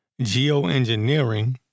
Geoengineering